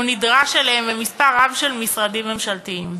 נדרש להן במספר רב של משרדים ממשלתיים.